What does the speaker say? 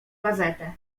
gazetę